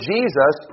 Jesus